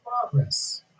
progress